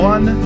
One